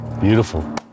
Beautiful